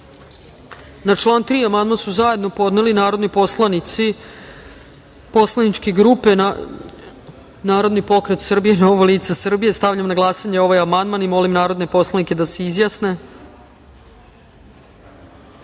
član 3. amandman su zajedno podneli narodni poslanici poslaničke grupe Narodni pokret Srbije - Novo lice Srbije. Stavljam na glasanje ovaj amandman. Molim narodne poslanike da se